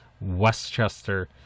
Westchester